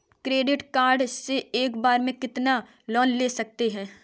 Credit card से एक बार में कितना लोन ले सकते हैं?